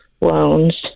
loans